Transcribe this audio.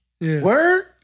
Word